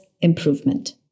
improvement